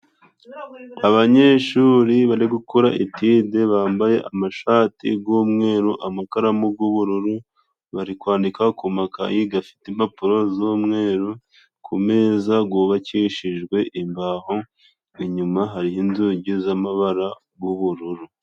Abanyeshuri bari gukora etide bambaye amashati g'umweru, amakaramu g'ubururu, bari kwandika ku makayi gafite impapuro z'umweru ku meza gubakishijwe imbaho, inyuma hariho inzugi z'amabara g'ubururu.